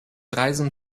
reisen